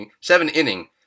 seven-inning